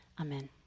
Amen